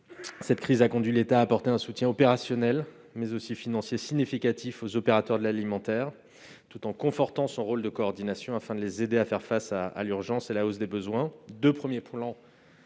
Cette crise a conduit l'État à apporter un soutien opérationnel et financier significatif aux opérateurs de l'alimentaire, tout en confortant son rôle de coordination, afin d'aider les acteurs à faire face à l'urgence et à la hausse des besoins. Deux premiers plans